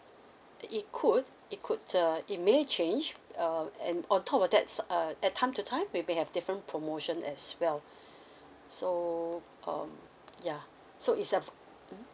it could it could uh it may change uh and on top of that uh at time to time we may have different promotion as well so um ya so it's of